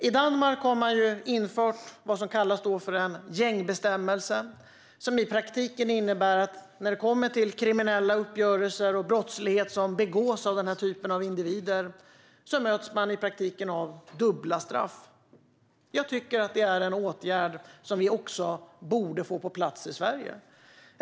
I Danmark har man infört vad som kallas för en gängbestämmelse som i praktiken innebär att när det gäller kriminella uppgörelser och brottslighet som begås av den här typen av individer är straffen i praktiken dubbla. Jag tycker att det är en åtgärd som vi borde få på plats också i Sverige.